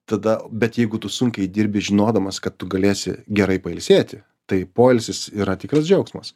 tada bet jeigu tu sunkiai dirbi žinodamas kad tu galėsi gerai pailsėti tai poilsis yra tikras džiaugsmas